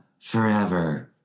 forever